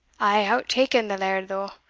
aye out-taken the laird though,